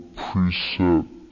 precept